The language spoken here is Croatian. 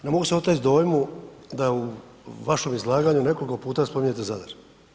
Ne mogu se oteti dojmu da u vašem izlaganju nekoliko puta spominjete Zadar.